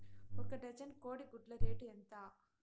ఒక డజను కోడి గుడ్ల రేటు ఎంత?